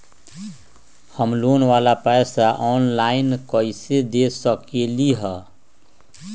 हम लोन वाला पैसा ऑनलाइन कईसे दे सकेलि ह?